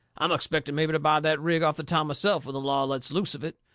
i'm expecting mebby to buy that rig off the town myself when the law lets loose of it.